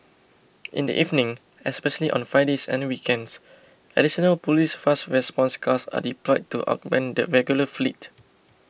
in the evenings especially on Fridays and weekends additional police fast response cars are deployed to augment the regular fleet